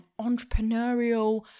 entrepreneurial